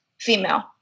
female